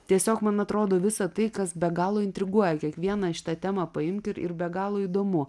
tiesiog man atrodo visa tai kas be galo intriguoja kiekvieną šitą temą paimk ir be galo įdomu